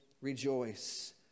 rejoice